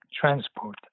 transport